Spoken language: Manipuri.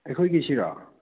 ꯑꯩꯈꯣꯏꯒꯤꯁꯤꯔꯣ